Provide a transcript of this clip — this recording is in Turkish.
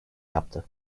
yaptı